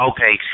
Okay